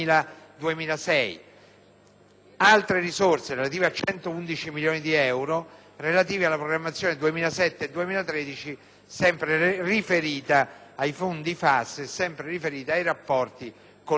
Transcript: Altre risorse (pari a 111 milioni di euro) sono relative alla programmazione 2007-2013, sempre riferita ai fondi FAS e ai rapporti con la Regione Sardegna.